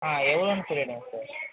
ஆ எவ்வளோன் சொல்லிவிடுங்க சார்